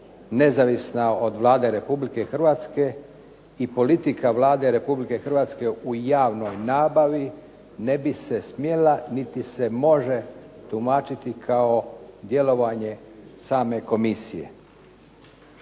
nezavisna od Vlade Republike Hrvatske i politika Vlade Republike Hrvatske u javnoj nabavi ne bi se smjela niti se može tumačiti kao djelovanje same komisije.